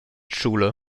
schule